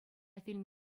фильм